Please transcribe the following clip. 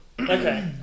Okay